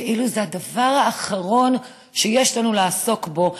כאילו זה הדבר האחרון שיש לנו לעסוק בו,